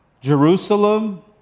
Jerusalem